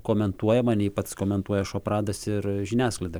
komentuojama nei pats komentuoja šopradas ir žiniasklaida